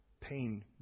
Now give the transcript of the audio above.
pain